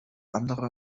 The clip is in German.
andere